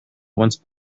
once